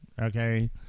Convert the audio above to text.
okay